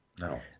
No